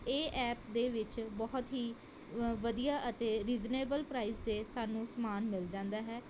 ਇਹ ਐਪ ਦੇ ਵਿੱਚ ਬਹੁਤ ਹੀ ਵਧੀਆ ਅਤੇ ਰੀਜ਼ਨੇਬਲ ਪ੍ਰਾਈਜ਼ 'ਤੇ ਸਾਨੂੰ ਸਮਾਨ ਮਿਲ ਜਾਂਦਾ ਹੈ